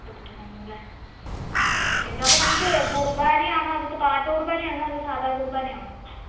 പത്ത് ടു പതിനൊന്ന് ല്ലേ ഓക്കേ അച്ചോ അപ്പോൾ നമുക്ക് കുർബാനയാണോ അകത്ത് പാട്ട് കുർബാനയാണോ അതോ സാധാ കൂർബാനയാണോ